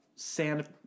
Sand